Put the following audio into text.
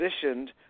positioned